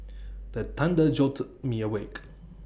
the thunder jolt me awake